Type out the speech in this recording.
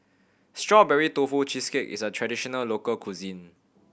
Strawberry Tofu Cheesecake is a traditional local cuisine